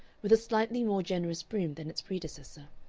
with a slightly more generous brim than its predecessor,